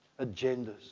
agendas